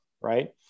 right